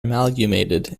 amalgamated